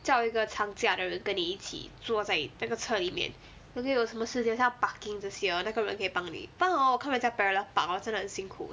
叫一个常驾的人跟你一起坐在那个车里面如果有什么事情很像 parking 这些 hor 那个人可以帮你不然 hor 我看人家 parallel park hor 真的很辛苦 eh